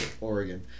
Oregon